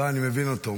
לא, אני מבין אותו.